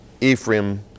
Ephraim